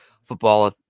Football